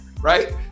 Right